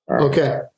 Okay